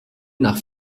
nach